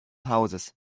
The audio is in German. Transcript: hauses